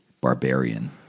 Barbarian